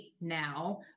now